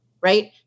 right